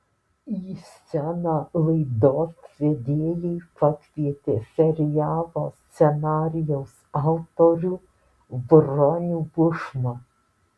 į sceną laidos vedėjai pakvietė serialo scenarijaus autorių bronių bušmą